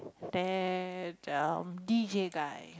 that um d_j guy